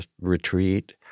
retreat